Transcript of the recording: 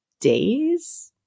days